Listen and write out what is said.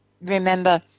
remember